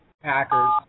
Packers